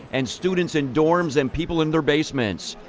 and students in dorms and people in their basements.